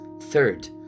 third